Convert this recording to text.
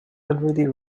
already